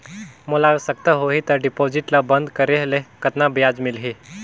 मोला आवश्यकता होही त डिपॉजिट ल बंद करे ले कतना ब्याज मिलही?